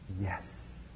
Yes